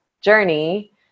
journey